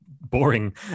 boring